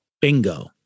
Bingo